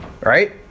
right